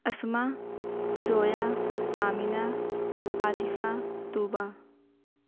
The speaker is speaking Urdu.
اسماء زویا آمنہ عاطفہ طوبیٰ